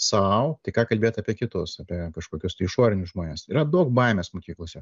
sau tai ką kalbėt apie kitus apie kažkokius tai išorinius žmones yra daug baimės mokyklose